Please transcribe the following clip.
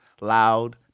loud